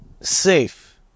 safe